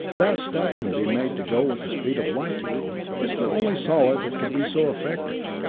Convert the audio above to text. that stuff can be made to go with the speed of light, you know. it's the only solid that could be so affected.